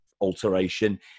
alteration